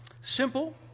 simple